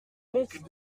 donc